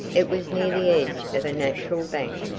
it was near the edge of a natural bank,